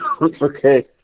Okay